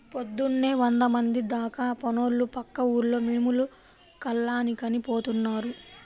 పొద్దున్నే వందమంది దాకా పనోళ్ళు పక్క ఊర్లో మినుములు కల్లానికని పోతున్నారు